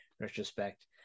retrospect